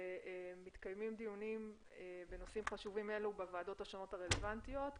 מתקיימים דיונים בנושאים חשובים אלו בוועדות השונות הרלוונטיות,